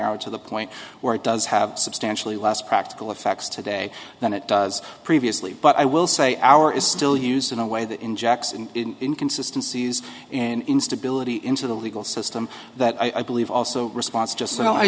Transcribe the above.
narrowed to the point where it does have substantially less practical effects today than it does previously but i will say our is still used in a way that injects in inconsistency in instability into the legal system that i believe also response just so